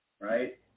right